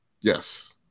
Yes